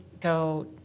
go